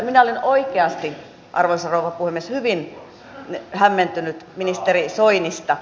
minä olen oikeasti arvoisa rouva puhemies hyvin hämmentynyt ministeri soinista